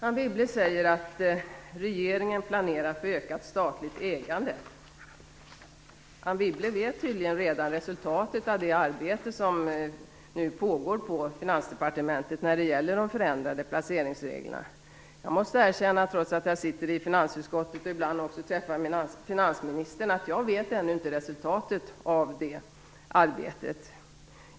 Anne Wibble säger att regeringen planerar för ökat statligt ägande. Anne Wibble vet tydligen redan resultatet av det arbete som nu pågår på Finansdepartementet när det gäller de förändrade placeringsreglerna. Jag måste erkänna att jag ännu inte vet resultatet av det arbetet innan översynen är klar, trots att jag sitter i finansutskottet och ibland också träffar finansministern.